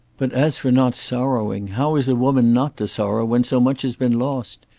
but as for not sorrowing, how is a woman not to sorrow when so much has been lost?